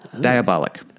Diabolic